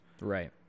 Right